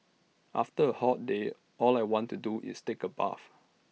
after A hot day all I want to do is take A bath